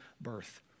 birth